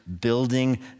building